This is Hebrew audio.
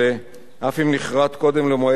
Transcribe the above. אף אם נכרת קודם למועד ההחלטה.